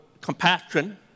compassion